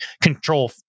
control